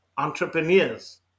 entrepreneurs